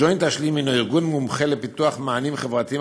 ג'וינט אשלים הוא ארגון מומחה לפיתוח מענים חברתיים,